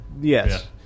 Yes